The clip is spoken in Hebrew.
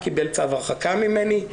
קיבל צו הרחקה ממני,